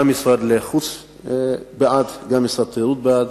גם משרד החוץ בעד, גם משרד התיירות בעד,